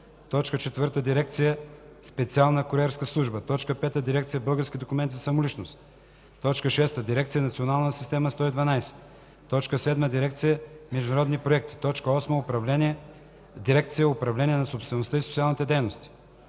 4. дирекция „Специална куриерска служба”; 5. дирекция „Български документи за самоличност”; 6. дирекция „Национална система 112”; 7. дирекция „Международни проекти”; 8. дирекция „Управление на собствеността и социални дейности”;